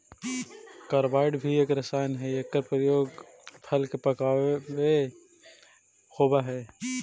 carbide भी एक रसायन हई एकर प्रयोग फल के पकावे होवऽ हई